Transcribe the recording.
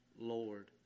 Lord